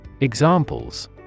Examples